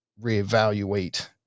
reevaluate